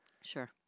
Sure